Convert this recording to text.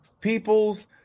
People's